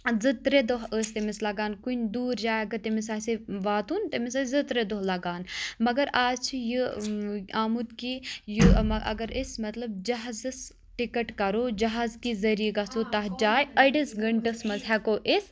زٕ ترٛےٚ دۄہ ٲسۍ تٔمِس لَگان کُنہِ دوٗر جایہِ اَگَر تٔمِس آسہِ ہے واتُن تٔمِس ٲسۍ زٕ ترٛےٚ دۄہ لَگان مَگَر آز چھِ یہِ آمُت کہِ یہِ اَگَر أسۍ مَطلَب جَہازَس ٹِکَٹ کَرو جَہاز کہِ ذٔریعہِ گَژھو تَتھ جاے أڈِس گٲنٛٹَس منٛز ہؠکو أسۍ